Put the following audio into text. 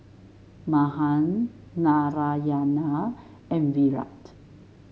Mahan Narayana and Virat